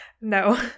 No